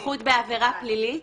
הסתבכות בעבירה פלילית.